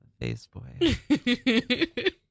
Faceboy